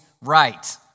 right